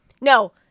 No